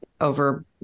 over